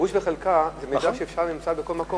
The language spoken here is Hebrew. גוש וחלקה, זה מידע שנמצא בכל מקום.